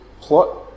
plot